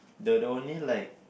the the only like